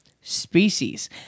Species